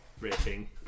rating